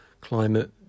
climate